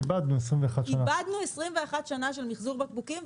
איבדנו 21 שנה של מיחזור בקבוקים,